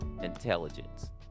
intelligence